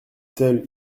seuls